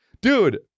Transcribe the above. Dude